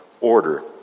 order